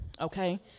Okay